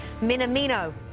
Minamino